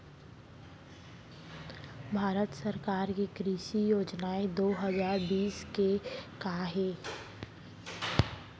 भारत सरकार के कृषि योजनाएं दो हजार बीस के का हे?